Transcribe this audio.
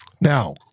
Now